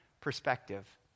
perspective